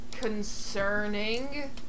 concerning